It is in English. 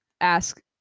ask